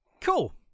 Cool